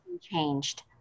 changed